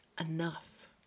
enough